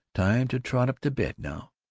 time to trot up to bed now.